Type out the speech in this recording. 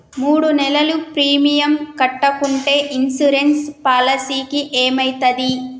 మూడు నెలలు ప్రీమియం కట్టకుంటే ఇన్సూరెన్స్ పాలసీకి ఏమైతది?